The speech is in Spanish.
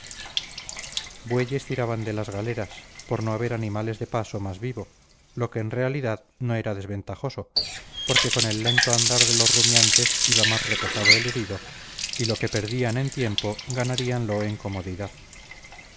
bueyes tiraban de las galeras por no haber animales de paso más vivo lo que en realidad no era desventajoso porque con el lento andar de los rumiantes iba más reposado el herido y lo que perdían en tiempo ganaríanlo en comodidad